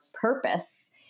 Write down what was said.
purpose